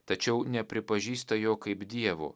tačiau nepripažįsta jo kaip dievo